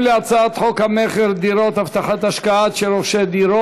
[מס' מ/1077, פ/2423/20, "דברי הכנסת", מושב שני,